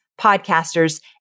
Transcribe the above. podcasters